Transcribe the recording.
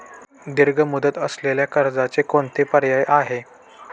दीर्घ मुदत असलेल्या कर्जाचे कोणते पर्याय आहे?